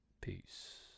Peace